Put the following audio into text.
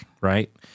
right